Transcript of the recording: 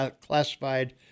classified